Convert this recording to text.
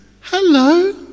Hello